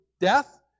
death